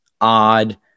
odd